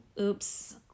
oops